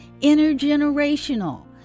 Intergenerational